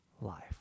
life